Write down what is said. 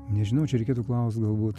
nežinau čia reikėtų klaust galbūt